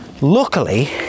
Luckily